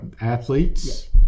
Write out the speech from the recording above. athletes